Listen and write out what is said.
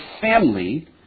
family